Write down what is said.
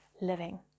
living